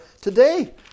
today